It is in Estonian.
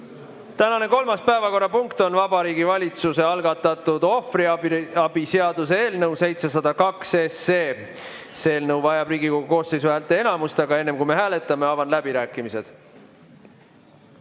Tänane kolmas päevakorrapunkt on Vabariigi Valitsuse algatatud ohvriabi seaduse eelnõu 702. See eelnõu vajab Riigikogu koosseisu häälteenamust, aga enne kui me hääletame, avan läbirääkimised.